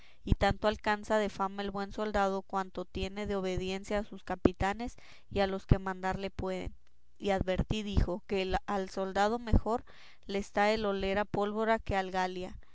y tanto alcanza de fama el buen soldado cuanto tiene de obediencia a sus capitanes y a los que mandarle pueden y advertid hijo que al soldado mejor le está el oler a pólvora que algalia